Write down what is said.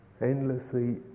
Endlessly